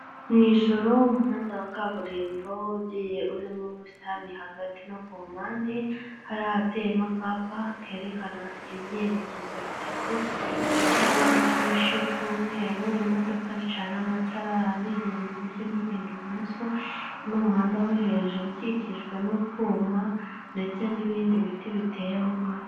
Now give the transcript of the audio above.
Mu ijoro umuhanda wa kaburimbo ugiye urimo ubusitani hagati no ku mpande hari ahateyemo akapa kerekana ibyerekezo bitatu ko hariho udufureshi tw'umweru imodoka zicana amatara hari igenda iburyo n'igenda ibumoso n'umuhanda wo hejuru ukikijwe n'utwuma ndetse n'ibindi biti biteye aho ngaho.